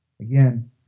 Again